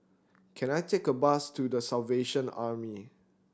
can I take a bus to The Salvation Army